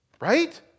Right